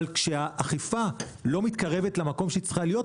אבל כשהאכיפה לא מתקרבת למקום שהיא צריכה להיות,